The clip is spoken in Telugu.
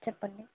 చెప్పండి